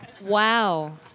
Wow